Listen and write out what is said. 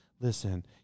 listen